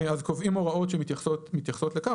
אז קובעים הוראות שמתייחסות לכך,